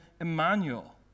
Emmanuel